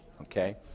okay